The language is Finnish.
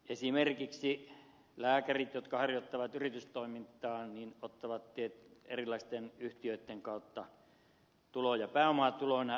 esimerkiksi lääkärit jotka harjoittavat yritystoimintaa ottavat erilaisten yhtiöitten kautta tuloja pääomatuloina